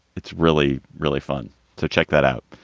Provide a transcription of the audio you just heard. it's really, really fun to check that out.